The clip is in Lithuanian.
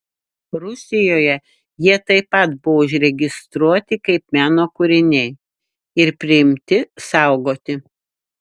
rusijoje jie taip pat buvo užregistruoti kaip meno kūriniai ir priimti saugoti